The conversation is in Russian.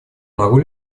могу